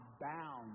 bound